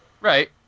Right